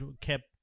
kept